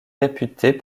réputés